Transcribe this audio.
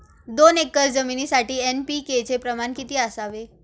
दोन एकर जमिनीसाठी एन.पी.के चे प्रमाण किती असावे?